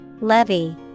Levy